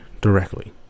directly